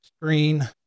screen